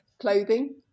clothing